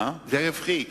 זה רווחי,